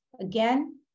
again